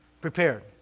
Prepared